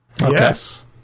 yes